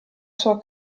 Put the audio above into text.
sua